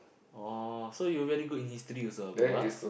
oh so you very good in history also ah bro ah